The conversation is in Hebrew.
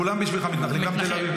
כולם בשבילך מתנחלים, גם תל אביב.